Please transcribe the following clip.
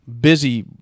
busy